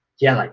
yeah, like,